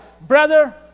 Brother